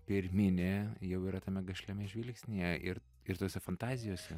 pirminė jau yra tame gašliame žvilgsnyje ir ir tose fantazijose